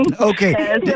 okay